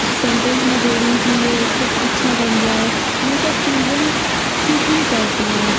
sentence में जोड़ूँ कि यह कुछ अच्छा बन जाए यह सब चीजे़ं सीखनी पड़ती हैं